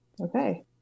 Okay